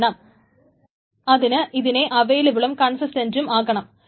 കാരണം അതിന് ഇതിനെ അവയിലബിളും കൺസിസ്റ്റൻറ്റും ആക്കണം